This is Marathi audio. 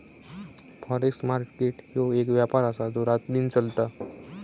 फॉरेक्स मार्केट ह्यो एक व्यापार आसा जो रातदिन चलता